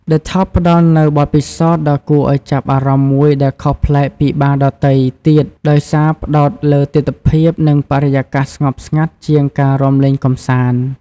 ឌឹ ថប់ ផ្ដល់នូវបទពិសោធន៍ដ៏គួរឱ្យចាប់អារម្មណ៍មួយដែលខុសប្លែកពីបារដទៃទៀត ដោយផ្តោតលើទិដ្ឋភាព និងបរិយាកាសស្ងប់ស្ងាត់ជាងការរាំលេងកម្សាន្ត។